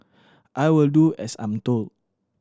I will do as I'm told